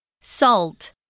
Salt